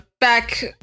back